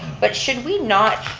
but should we not,